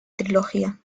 trilogía